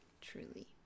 Truly